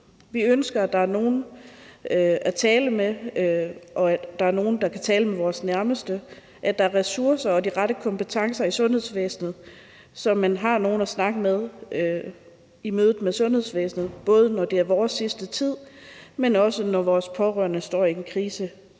Vi ønsker, at der er nogle at tale med, at der er nogle, der kan tale med vores nærmeste, og at der er ressourcer og de rette kompetencer i sundhedsvæsenet, så man har nogen at snakke med i mødet med sundhedsvæsenet, både når det gælder vores sidste tid, men også når vores pårørende står i en krise,